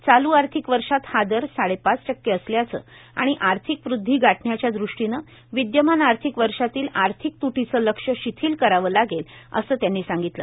चालू आर्थिक वर्षात हा दर साडेपाच टक्के असल्याचं आणि आर्थिक वृद्धी गाठण्याच्या दृष्टीनं विद्यमान आर्थिक वर्षातील आर्थिक तुटीचं लक्ष्य शिथील करावं लागेल असं त्यांनी सांगितलं